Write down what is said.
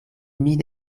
min